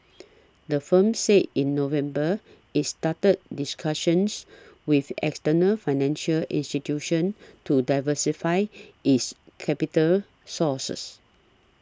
the firm said in November it's started discussions with external financial institutions to diversify its capital sources